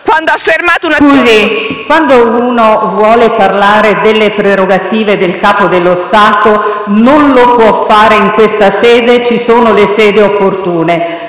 quando uno vuole parlare delle prerogative del Capo dello Stato non lo può fare in questa sede; ci sono le sedi opportune